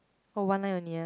oh one line only ah